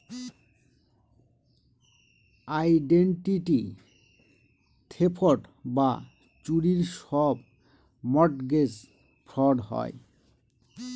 identity theft বা চুরির সব মর্টগেজ ফ্রড হয়